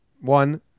One